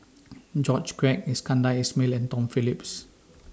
George Quek Iskandar Ismail and Tom Phillips